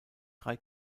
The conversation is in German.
drei